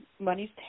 money's